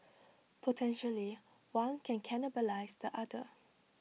potentially one can cannibalise the other